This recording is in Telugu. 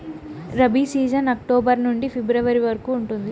రబీ సీజన్ అక్టోబర్ నుండి ఫిబ్రవరి వరకు ఉంటుంది